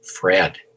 Fred